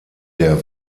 der